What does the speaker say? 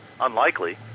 unlikely